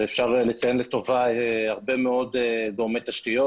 ואפשר לציין לטובה הרבה מאוד גורמי תשתיות